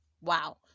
wow